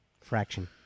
Fraction